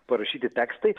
parašyti tekstai